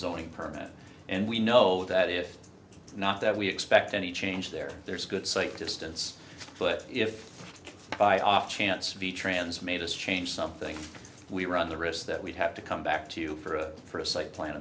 zoning permit and we know that if not that we expect any change there there's a good safe distance but if by off chance the trans made us change something we run the risk that we'd have to come back to you for a cite plant